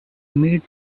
made